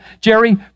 Jerry